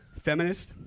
Feminist